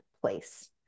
place